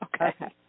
Okay